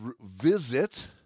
visit